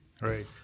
Right